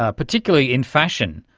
ah particularly in fashion.